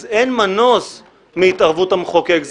אז אין מנוס מהתערבות המחוקק.